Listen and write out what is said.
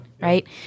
right